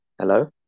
Hello